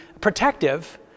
protective